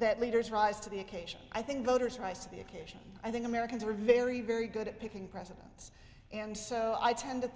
that leaders rise to the occasion i think voters rise to the occasion i think americans are very very good at picking presidents and so i tend to